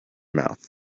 mouth